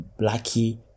Blackie